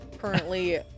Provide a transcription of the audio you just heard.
currently